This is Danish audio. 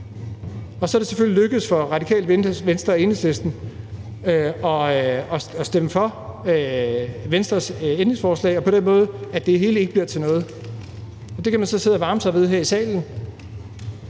Så er det selvfølgelig lykkedes for Radikale Venstre og Enhedslisten at stemme for Venstres ændringsforslag, og på den måde bliver det hele ikke til noget, og det kan man så sidde og varme sig ved her i salen,